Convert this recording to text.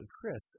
Chris